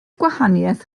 gwahaniaeth